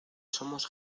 somos